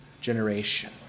generation